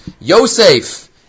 Yosef